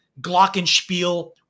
glockenspiel